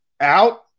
out